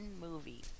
movie